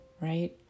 right